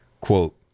Quote